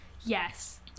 yes